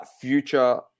Future